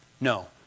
No